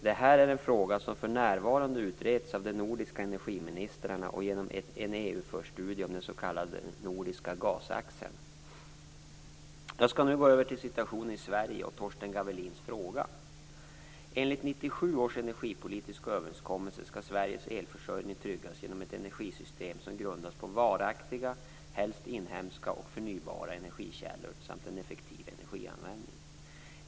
Det här är en fråga som för närvarande utreds av de nordiska energiministrarna och genom en EU-förstudie om den s.k. Jag skall nu gå över till situationen i Sverige och Enligt 1997 års energipolitiska överenskommelse skall Sveriges elförsörjning tryggas genom ett energisystem som grundas på varaktiga, helst inhemska och förnybara, energikällor samt en effektiv energianvändning.